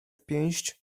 pięść